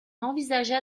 envisagea